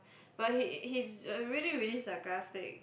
but he he's really really sarcastic